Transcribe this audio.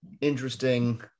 Interesting